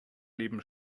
leben